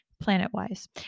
planet-wise